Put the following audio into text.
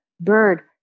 Bird